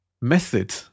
method